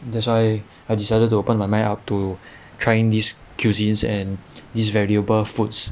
that's why I decided to open my mind up to trying these cuisines and these valuable foods